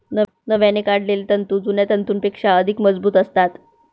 नव्याने काढलेले तंतू जुन्या तंतूंपेक्षा अधिक मजबूत असतात